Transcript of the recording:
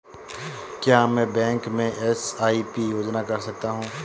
क्या मैं बैंक में एस.आई.पी योजना कर सकता हूँ?